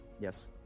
Yes